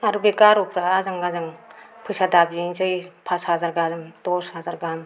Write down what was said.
आरो बे गार'फ्रा आजां गाजां फैसा दाबिनोसै पास हाजार गाहाम दस हाजार गाहाम